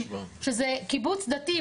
שזה קיבוץ דתי,